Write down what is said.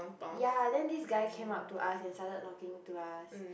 ya then this guy came up to us and started talking to us